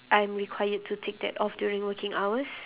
I'm required to take that off during working hours